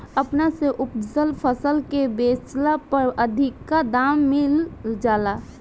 अपना से उपजल फसल के बेचला पर अधिका दाम मिल जाला